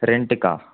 ரென்ட்டுக்காக